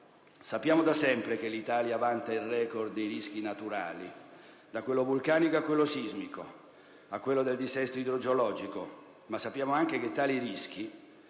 Sappiamo da sempre che l'Italia vanta il record dei rischi naturali - da quello vulcanico a quello sismico e a quello del dissesto idrogeologico - ma sappiamo anche che tali rischi